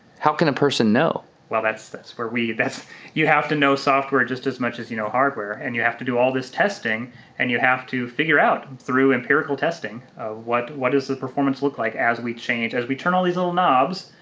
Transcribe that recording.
how can a person know? well, that's that's where we. you have to know software just as much as you know hardware and you have to do all this testing and you have to figure out through empirical testing what what does the performance look like as we change, as we turn all these little knobs,